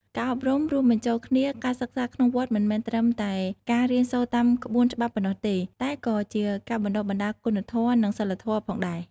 ការអប់រំរួមបញ្ចូលគ្នា ការសិក្សាក្នុងវត្តមិនមែនត្រឹមតែការរៀនសូត្រតាមក្បួនច្បាប់ប៉ុណ្ណោះទេ តែក៏ជាការបណ្តុះបណ្តាលគុណធម៌និងសីលធម៌ផងដែរ។